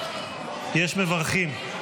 יש מברכים.